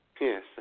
Yes